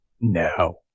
No